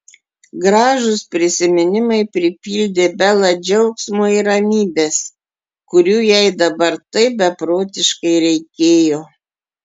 gražūs prisiminimai pripildė belą džiaugsmo ir ramybės kurių jai dabar taip beprotiškai reikėjo